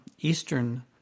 Eastern